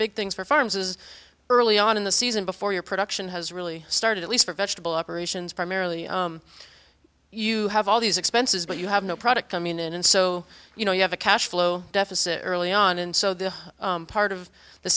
big things for farms is early on in the season before your production has really started at least for vegetable operations primarily you have all these expenses but you have no product coming in and so you know you have a cash flow deficit early on and so the part of the